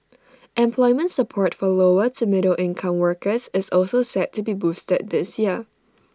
employment support for lower to middle income workers is also set to be boosted this year